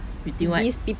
you think what